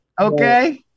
Okay